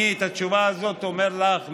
אני את התשובה הזאת אומר לך ממני,